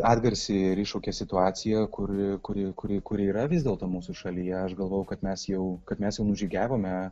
atgarsį ir iššaukė situacija kuri kuri kuri kur yra vis dėlto mūsų šalyje aš galvojau kad mes jau kad mes nužygiavome